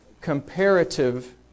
comparative